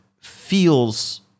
feels